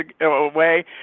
away